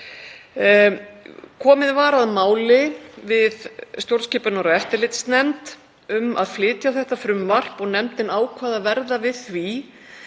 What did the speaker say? Komið var að máli við stjórnskipunar- og eftirlitsnefnd um að flytja þetta frumvarp og ákvað nefndin að verða við því